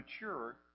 mature